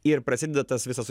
ir prasideda tas visas